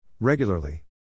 Regularly